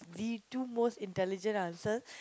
the two most intelligent answers